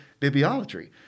bibliology